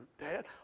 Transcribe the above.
Dad